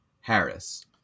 Harris